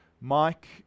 Mike